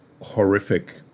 horrific